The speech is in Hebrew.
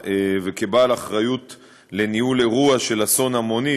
וכבעל האחריות העליונה לניהול אירוע של אסון המוני,